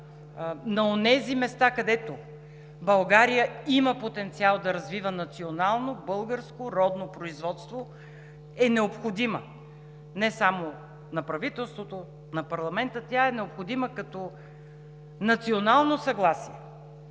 на онези места, където България има потенциал да развива националното, българското, родното производство, е необходима не само на правителството и на парламента – тя е необходима като национално съгласие,